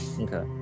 Okay